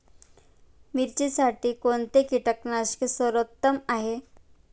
मिरचीसाठी कोणते कीटकनाशके सर्वोत्तम आहे?